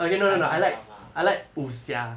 taiwan drama